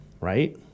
Right